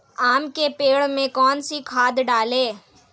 आम के पेड़ में कौन सी खाद डालें?